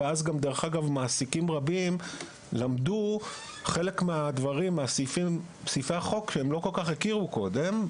ואז גם מעסיקים רבים למדו את סעיפי החוק שהם לא כל כך הכירו קודם.